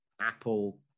Apple